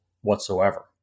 whatsoever